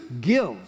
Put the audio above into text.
give